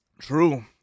True